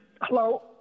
Hello